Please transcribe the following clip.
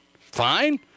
fine